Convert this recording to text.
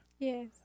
Yes